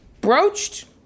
broached